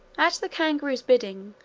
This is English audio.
at the kangaroo's bidding,